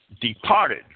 departed